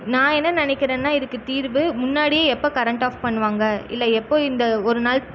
நான் என்ன நினைக்கிறனா இதுக்கு தீர்வு முன்னாடி எப்போ கரண்ட் ஆஃப் பண்ணுவாங்க இல்லை எப்போ இந்த ஒரு நாள்